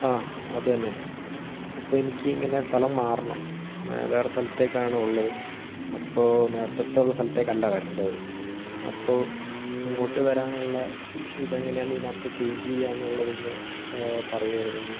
അതെ അതന്നെ അപ്പോൾ എനിക്ക് ഇങ്ങനെ സ്ഥലം മാറണം വേറെ സ്ഥലത്തേക്കാണുള്ളത് അപ്പോൾ നേരത്തേയുള്ള സ്ഥലത്തേക്കല്ല വരേണ്ടത് അപ്പോൾ അങ്ങോട്ട് വരാനുള്ള ഇതെങ്ങനാണിതിനകത്തു ചെയ്ഞ്ചെയ്യാനുള്ളത് പറയുമായിരുന്നെങ്കിൽ